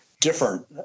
different